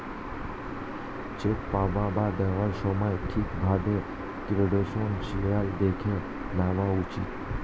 check পাওয়া বা দেওয়ার সময় ঠিক ভাবে ক্রেডেনশিয়াল্স দেখে নেওয়া উচিত